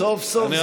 סוף-סוף זה מגיע.